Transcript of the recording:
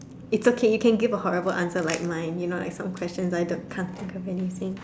it's okay you can give a horrible answer like mine you know like some question I can't think of anything